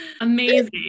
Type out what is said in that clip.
Amazing